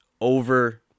over